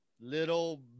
little